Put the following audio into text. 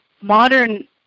modern